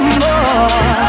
more